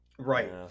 Right